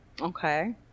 Okay